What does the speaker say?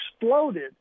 exploded